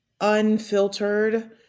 unfiltered